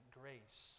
grace